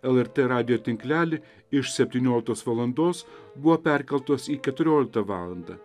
lrt radijo tinklelį iš septynioliktos valandos buvo perkeltos į keturioliktą valandą